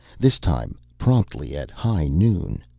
this time promptly at high noon.